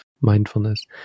mindfulness